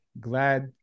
Glad